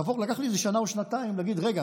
זה לקח לי איזה שנה או שנתיים להגיד: רגע,